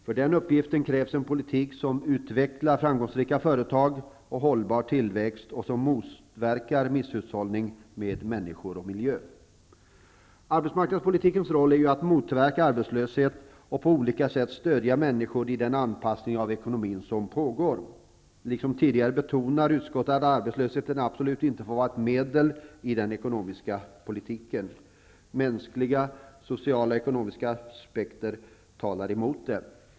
För den uppgiften krävs en politik som utvecklar framgångsrika företag, hållbar tillväxt och motverkar misshushållningen med människor och miljö. Arbetsmarknadspolitikens roll är att motverka arbetslöshet och på olika sätt stödja människor i den anpassning av ekonomin som pågår. Liksom tidigare betonar utskottet att arbetslösheten absolut inte får vara ett medel i den ekonomiska politiken. Mänskliga, sociala och ekonomiska aspekter talar emot.